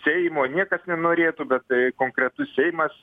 seimo niekas nenorėtų bet konkretus seimas